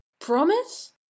Promise